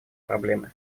проблемы